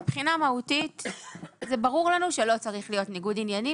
מבחינה מהותית זה ברור לנו שלא צריך להיות ניגוד עניינים